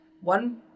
one